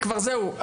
זהו,